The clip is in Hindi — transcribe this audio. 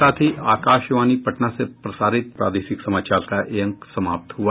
इसके साथ ही आकाशवाणी पटना से प्रसारित प्रादेशिक समाचार का ये अंक समाप्त हुआ